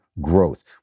Growth